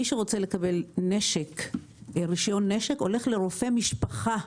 מי שרוצה לקבל רישיון נשק הולך לרופא משפחה.